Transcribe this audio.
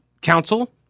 counsel